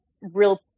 real